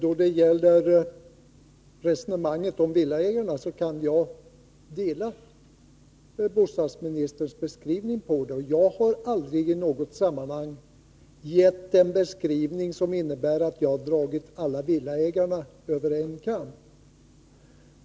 Herr talman! Jag håller med bostadsministern då det gäller resonemanget om villaägarna. Jag har aldrig i något sammanhang gett en beskrivning som innebär att jag har dragit alla villaägarna över en kam.